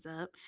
up